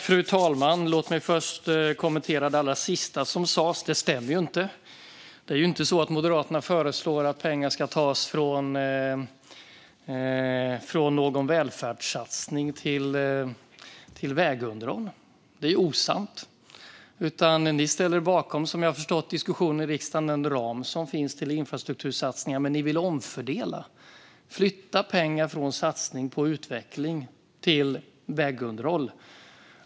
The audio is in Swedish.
Fru talman! Låt mig först kommentera det allra sista som sas. Det stämmer inte. Det är inte så att Moderaterna föreslår att pengar ska tas från någon välfärdssatsning till vägunderhåll. Det är osant. Som jag har förstått det ställer ni er bakom diskussionerna i riksdagen inom den ram som finns för infrastruktursatsningar, men ni vill omfördela. Ni vill flytta pengar från satsning på utveckling till vägunderhåll.